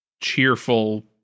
cheerful